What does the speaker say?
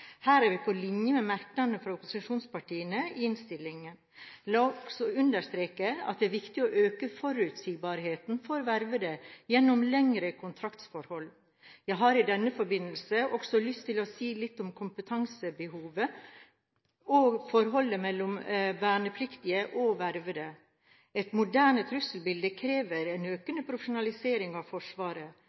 Her er vi på linje med merknadene fra opposisjonspartiene i innstillingen. La meg også understreke at det viktig å øke forutsigbarheten for vervede gjennom lengre kontraktsforhold. Jeg har i denne forbindelse også lyst til å si litt om kompetansebehovet og forholdet mellom vernepliktige og vervede. Et moderne trusselbilde krever en økende profesjonalisering av Forsvaret,